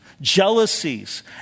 jealousies